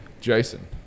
Jason